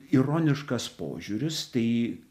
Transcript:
ironiškas požiūris tai